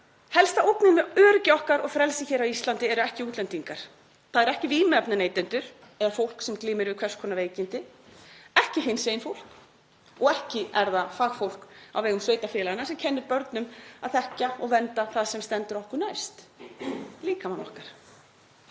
Helsta ógnin við öryggi okkar og frelsi hér á Íslandi er ekki útlendingar. Það eru ekki vímuefnaneytendur eða fólk sem glímir við hvers konar veikindi. Ekki hinsegin fólk. Og ekki er það fagfólk á vegum sveitarfélaganna sem kennir börnum að þekkja og vernda það sem stendur okkur næst; líkamann okkar.